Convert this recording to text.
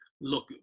look